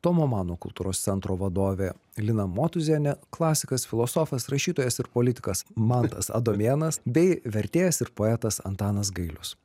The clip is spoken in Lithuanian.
tomo mano kultūros centro vadovė lina motuzienė klasikas filosofas rašytojas ir politikas mantas adomėnas bei vertėjas ir poetas antanas gailius